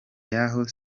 yaho